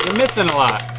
missing a lot.